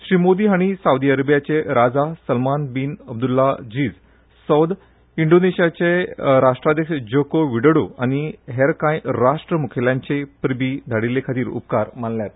श्री मोदी हांणी सावदी अरेबीयाचे राजा सलमान बीन अब्द्लाझीज सौद इंडोनेशियाचे राष्ट्राध्यक्ष ज्योको विडोडो आनी हेर कांय राष्ट्र मुखेल्यांचेय परबीं धाडिल्ले खातीर उपकार मानल्यात